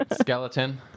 Skeleton